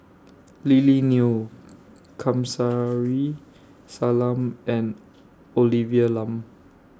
Lily Neo Kamsari Salam and Olivia Lum